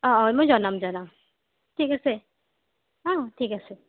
মই জনাম জনাম ঠিক আছে অঁ ঠিক আছে